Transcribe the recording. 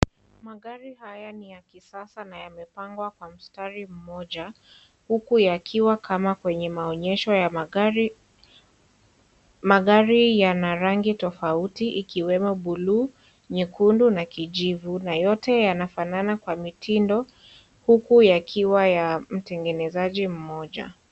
Magari haya ni ya kisasa na yamepangwa kwa mstari mmoja huku yakiwa kama kwenye maonyesho ya magari. Magari yana rangi tofauti ikiwemo buluu, nyekundu na kijivu na yote yanafanana kwa mitindo huku yakiwa ya mtengenezaji mmoja.